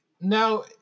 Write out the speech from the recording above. Now